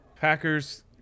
Packers